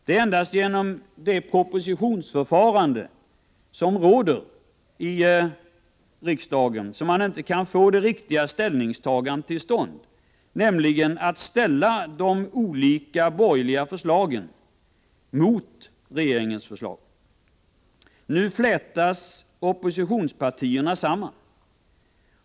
Det är endast genom det propositionsförfarande som råder i riksdagen som man inte kan få det riktiga ställningstagandet till stånd, nämligen att ställa de olika borgerliga förslagen mot regeringens förslag. Nu flätas oppositionspartierna samman.